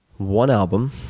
one album